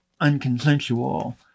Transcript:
unconsensual